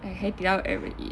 I hai di lao ate already